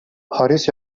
харис